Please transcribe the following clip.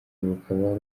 bukaba